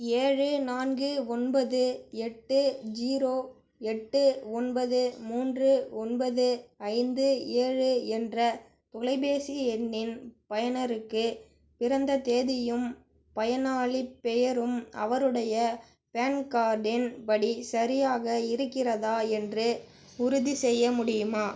ஏழு நான்கு ஒன்பது எட்டு ஜீரோ எட்டு ஒன்பது மூன்று ஒன்பது ஐந்து ஏழு என்ற தொலைபேசி எண்ணின் பயனருக்குப் பிறந்த தேதியும் பயனாளிப் பெயரும் அவருடைய பேன் கார்டின் படி சரியாக இருக்கிறதா என்று உறுதி செய்ய முடியுமா